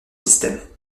systèmes